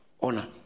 honor